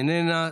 איננה,